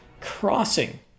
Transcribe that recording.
Crossing